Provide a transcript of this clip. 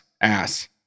ass